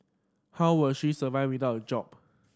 how will she survive without the job